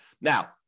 Now